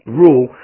rule